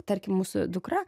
tarkim mūsų dukra